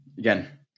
Again